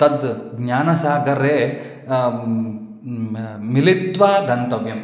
तद् ज्ञानसागरे मिलित्वा गन्तव्यं